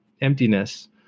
emptiness